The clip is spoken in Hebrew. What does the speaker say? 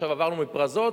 עכשיו עברנו מ"פרזות"